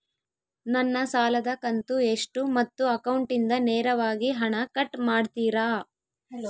ನನ್ನ ಸಾಲದ ಕಂತು ಎಷ್ಟು ಮತ್ತು ಅಕೌಂಟಿಂದ ನೇರವಾಗಿ ಹಣ ಕಟ್ ಮಾಡ್ತಿರಾ?